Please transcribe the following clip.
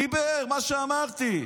דיבר, מה שאמרתי.